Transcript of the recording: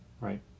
right